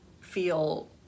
feel